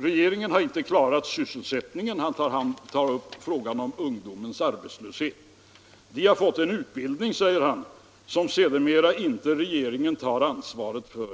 Regeringen har inte klarat sysselsättningen — herr Bohman tar upp frågan om ungdomens arbetslöshet. Ungdomarna har fått utbildning, säger han, som regeringen sedermera inte tar ansvaret för.